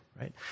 right